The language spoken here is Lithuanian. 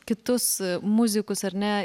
kitus muzikus ar ne